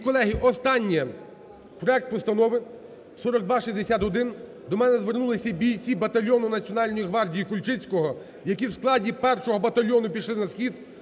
останнє, проект Постанови 4261. До мене звернулися бійці батальйону Національної гвардії Кульчицького, які в складі першого батальйону пішли на схід